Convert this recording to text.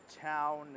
town